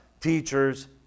teachers